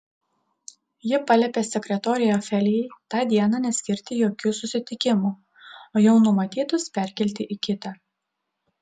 ji paliepė sekretorei ofelijai tą dieną neskirti jokių susitikimų o jau numatytus perkelti į kitą